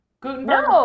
gutenberg